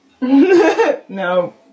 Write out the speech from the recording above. No